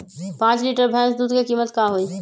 पाँच लीटर भेस दूध के कीमत का होई?